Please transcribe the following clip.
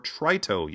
Trito